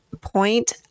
point